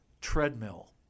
treadmill